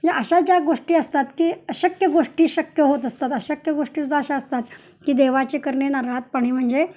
या अशा ज्या गोष्टी असतात की अशक्य गोष्टी शक्य होत असतात अशक्य गोष्टी अशा असतात की देवाचे करणी नारळात पाणी म्हणजे